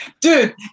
Dude